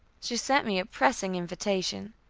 she sent me a pressing invitation.